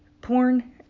Porn